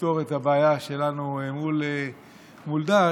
לפתור את הבעיה שלנו מול דאעש,